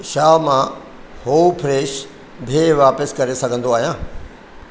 छा मां हो फ्रेश बिह वापसि करे सघंदो आहियां